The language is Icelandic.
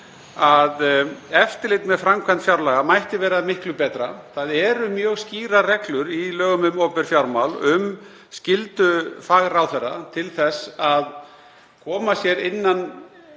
að eftirlit með framkvæmd fjárlaga mætti vera miklu betra. Það eru mjög skýrar reglur í lögum um opinber fjármál um skyldu fagráðherra til þess að koma sér inn